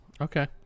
Okay